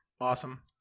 awesome